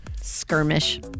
Skirmish